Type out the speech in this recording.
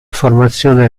formazione